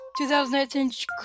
2018